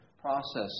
process